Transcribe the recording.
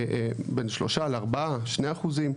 בין 2-4 אחוזים.